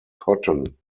cotton